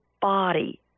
body